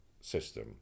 system